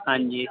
ਹਾਂਜੀ